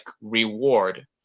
reward